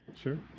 Sure